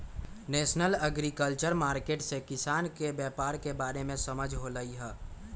national agriculture market से किसान के व्यापार के बारे में समझ होलई ह